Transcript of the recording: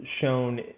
shown